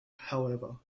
however